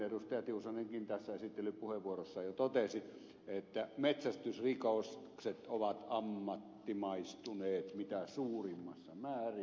tiusanenkin tässä esittelypuheenvuorossaan jo totesi että metsästysrikokset ovat ammattimaistuneet mitä suurimmassa määrin